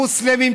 מוסלמים,